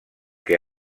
que